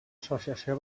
associació